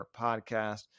podcast